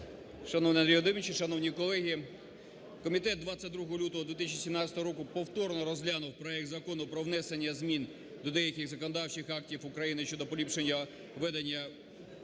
Шановний Андрій Володимирович, шановні колеги, комітет 22 лютого 2017 року повторно розглянув проект Закону про внесення змін до деяких законодавчих актів України щодо поліпшення ведення містобудівної